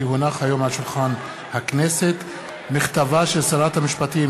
כי הונח היום על שולחן הכנסת מכתבה של שרת המשפטים